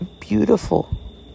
beautiful